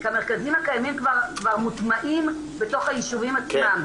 כי המרכזים הקיימים כבר מוטמעים בתוך היישובים עצמם,